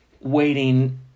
waiting